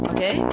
Okay